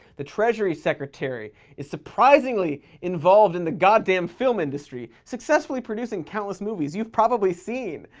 the treasury secretary is surprisingly involved in the goddamn film industry, successfully producing countless movies you've probably seen.